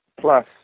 plus